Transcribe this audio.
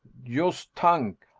yust tank,